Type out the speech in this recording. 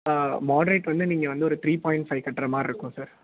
moderate வந்து நீங்கள் வந்து ஒரு த்ரீ பாய்ண்ட் ஃபை கட்டுற மாதிரி இருக்கும் சார்